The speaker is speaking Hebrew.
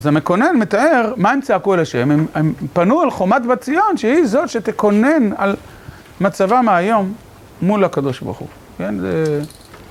אז המקונן מתאר מה הם צעקו אל השם. הם פנו על חומת בציון, שהיא זאת שתקונן על מצבם היום מול הקדוש ברוך הוא.